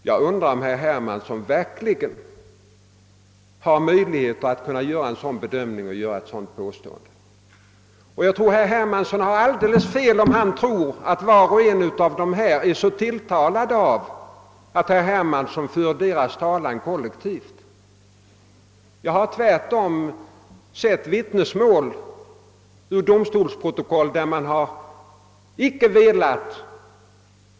Jag undrar om herr Hermansson verkligen har möjlighet att göra en sådan bedömning och ett sådant påstående. Jag tror: att herr Hermansson har alldeles fel om han tror att dessa amerikaner är så tilltalade av att han för deras talan och behandlar dem som ett kollektiv. Jag har sett vittnesmål som går i annan riktning.